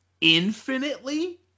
infinitely